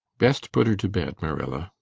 best put her to bed, marilla.